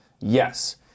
yes